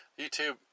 YouTube